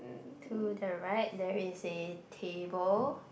to the right there is a table